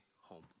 home